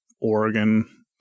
Oregon